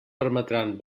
permetran